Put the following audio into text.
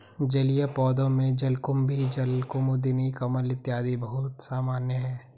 जलीय पौधों में जलकुम्भी, जलकुमुदिनी, कमल इत्यादि बहुत सामान्य है